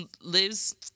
Lives